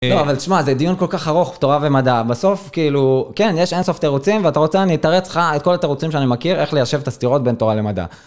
לא, אבל תשמע, זה דיון כל כך ארוך — תורה ומדע. בסוף, כאילו, כן, יש אין סוף תירוצים, ואתה רוצה, אני אתרץ לך את כל התירוצים שאני מכיר, איך ליישב את הסתירות בין תורה למדע.